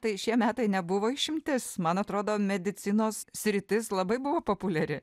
tai šie metai nebuvo išimtis man atrodo medicinos sritis labai buvo populiari